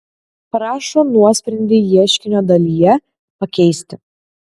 prašo nuosprendį ieškinio dalyje pakeisti